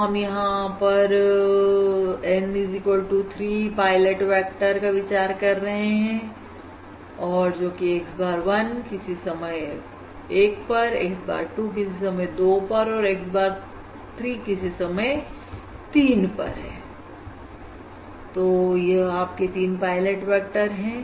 तो हम लोग यहां पर N 3 पायलट वेक्टर का विचार कर रहे हैं जो है x bar 1 किसी समय 1 पर x bar 2 किसी समय 2 पर और x bar 3 किसी समय 3 पर तो यह आपके तीन पायलट वेक्टर है